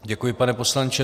Děkuji, pane poslanče.